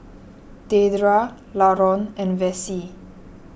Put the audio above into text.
Dedra Laron and Vassie